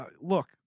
Look